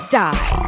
die